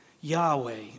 Yahweh